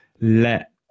let